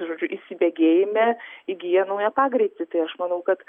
žodžiu įsibėgėjime įgyja naują pagreitį tai aš manau kad